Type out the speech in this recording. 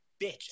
bitch